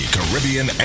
Caribbean